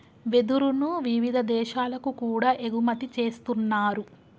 వెదురును వివిధ దేశాలకు కూడా ఎగుమతి చేస్తున్నారు